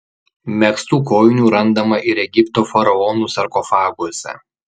megztų kojinių randama ir egipto faraonų sarkofaguose